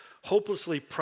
hopelessly